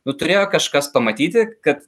nu turėjo kažkas pamatyti kad